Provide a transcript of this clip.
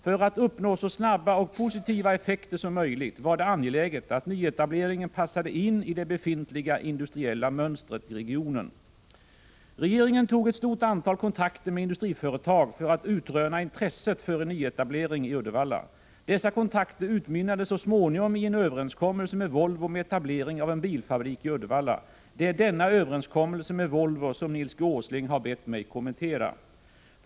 För att uppnå så snabba och positiva effekter som möjligt var det angeläget att nyetableringen passade in i det befintliga industriella mönstret i regionen. Regeringen tog ett stort antal kontakter med industriföretag för att utröna intresset för en etablering i Uddevalla. Dessa kontakter utmynnade så småningom i en överenskommelse med Volvo om etablering av en bilfabrik i Uddevalla. Det är denna överenskommelse med Volvo som Nils G. Åsling har bett mig kommentera.